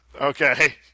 Okay